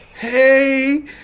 Hey